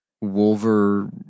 Wolver